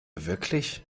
wirklich